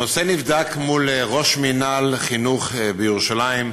הנושא נבדק מול ראש מינהל חינוך בירושלים,